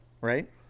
Right